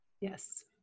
yes